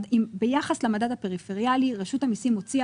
כאשר ביחס למדד הפריפריאלי רשות המסים הוציאה